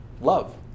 love